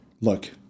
look